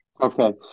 okay